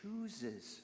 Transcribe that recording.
chooses